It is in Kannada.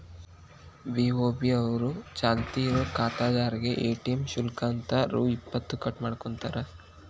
ಬಿ.ಓ.ಬಿ ಅವರು ಚಾಲ್ತಿ ಇರೋ ಖಾತಾದಾರ್ರೇಗೆ ಎ.ಟಿ.ಎಂ ಶುಲ್ಕ ಅಂತ ರೊ ಇಪ್ಪತ್ತು ಕಟ್ ಮಾಡ್ಕೋತಾರ